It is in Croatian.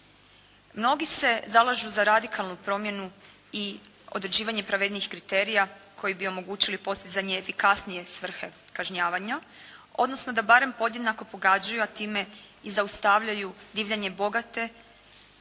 Mnogi se zalažu za radikalnu promjenu i određivanje pravednijih kriterija koji bi omogućili postizanje efikasnije svrhe kažnjavanja odnosno da barem podjednako pogađaju a time i zaustavljaju divljanje bogate,